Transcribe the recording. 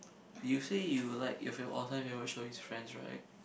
you say you like your favourite all time favourite show is Friends right